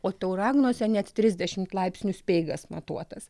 o tauragnuose net trisdešimt laipsnių speigas matuotas